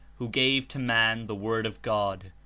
who gave to man the word of god,